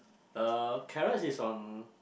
uh carrots is on